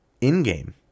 In-game